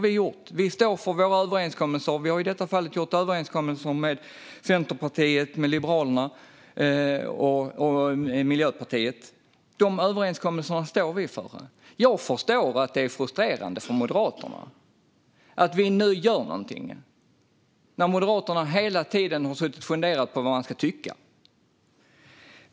Vi står för våra överenskommelser, och vi har i detta fall gjort överenskommelser med Centerpartiet, Liberalerna och Miljöpartiet. De överenskommelserna står vi för. Jag förstår att det är frustrerande för Moderaterna att vi nu gör något, när Moderaterna hela tiden har suttit och funderat på vad de ska tycka.